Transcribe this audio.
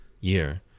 year